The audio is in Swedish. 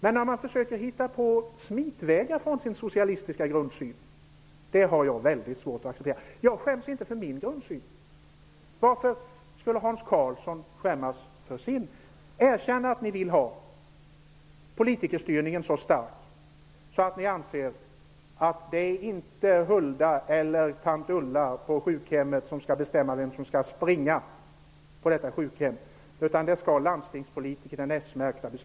Men att man försöker finna vägar att smita ifrån sin socialistiska grundsyn har jag väldigt svårt att acceptera. Jag skäms inte för min grundsyn. Varför skulle Hans Karlsson skämmas för sin? Erkänn att ni socialdemokrater vill ha en så stark politikerstyrning att det inte är Hulda eller tant Ulla på sjukhemmet som skall bestämma vem som skall springa på det sjukhemmet, utan att det är s-märkta landstingspolitiker som skall göra det!